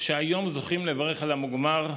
שהיום זוכים לברך על המוגמר.